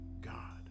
God